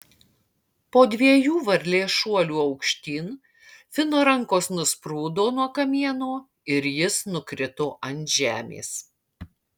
po dviejų varlės šuolių aukštyn fino rankos nusprūdo nuo kamieno ir jis nukrito ant žemės